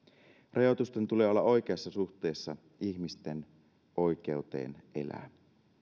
rajoitusten tulee olla oikeassa suhteessa ihmisten oikeuteen elää